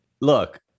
look